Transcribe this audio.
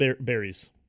Berries